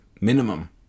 minimum